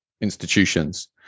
institutions